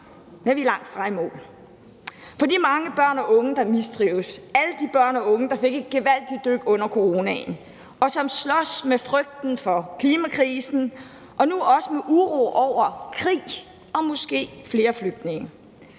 vi er langtfra i mål. For de mange børn og unge, der mistrives, alle de børn og unge, der fik et gevaldigt dyk under coronaen, og som slås med frygten for klimakrisen og nu også med uro over krig og måske flere flygtninge,